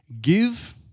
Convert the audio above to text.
Give